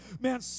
man